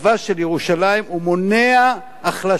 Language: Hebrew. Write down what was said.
הוא מונע החלשה של ירושלים,